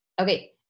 Okay